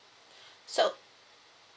so